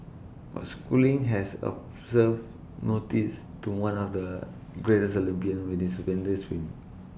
but schooling has observe notice to one of the greatest Olympian with this stupendous swim